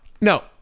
no